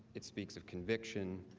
it speaks of conviction,